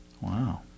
Wow